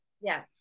Yes